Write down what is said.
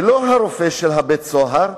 ולא הרופא של בית-הסוהר,